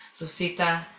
Lucita